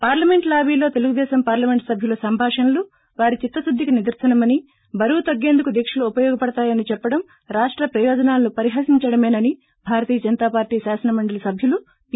parliament లాబీలో Telugu Desam parliament సబ్యులు సంభాషణలు వారి చిత్తశుద్దికి నిదర్రనమని బరువు తగ్గేందుకు దీక్షలు ఉపయోగపడతాయని చెప్పడం రాష్ట ప్రయోజనాలను పరిహసించడమేనని భారతీయ జనతా పార్టీ శాసనమండలి సబ్యులు పి